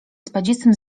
spadzistym